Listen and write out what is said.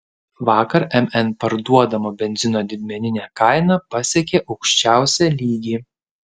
vakar mn parduodamo benzino didmeninė kaina pasiekė aukščiausią lygį